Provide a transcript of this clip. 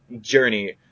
journey